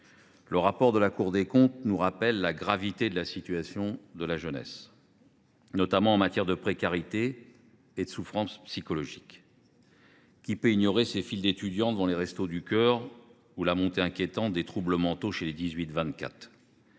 Le rapport de la Cour des comptes nous rappelle la gravité de la situation de cette classe d’âge, notamment en termes de précarité et de souffrance psychologique. Qui peut ignorer ces files d’étudiants devant les Restos du Cœur ou l’augmentation inquiétante des troubles mentaux chez les 18 24